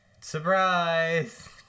Surprise